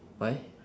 why